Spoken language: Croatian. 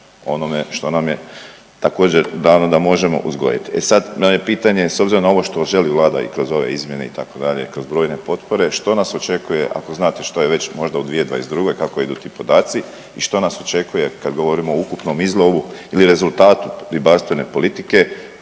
onome što nam je također dano da možemo uzgojiti. E sad nam je pitanje s obzirom na ovo što želi Vlada i kroz ove izmjene itd. i kroz brojne potpore, što nas očekuje ako znate što je već možda u 2022., kako idu ti podaci i što nas očekuje kad govorimo o ukupnom izlovu ili rezultatu ribarstvene politike